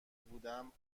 بودم